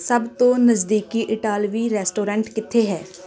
ਸਭ ਤੋਂ ਨਜ਼ਦੀਕੀ ਇਟਾਲਵੀ ਰੈਸਟੋਰੈਂਟ ਕਿੱਥੇ ਹੈ